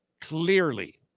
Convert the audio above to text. Clearly